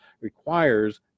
requires